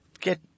get